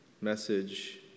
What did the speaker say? message